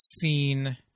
seen